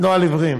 לא על עיוורים.